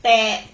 dey